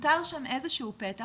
נותר שם איזה שהוא פתח,